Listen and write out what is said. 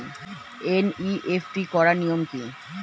NEFT করার নিয়ম কী?